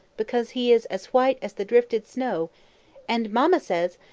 because he is as white as the drifted snow and mamma says,